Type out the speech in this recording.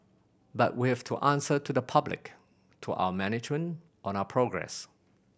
but we have to answer to the public to our management on our progress